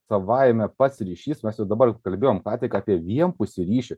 savaime pats ryšys mes jau dabar kalbėjom ką tik apie vienpusį ryšį